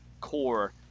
core